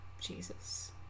Jesus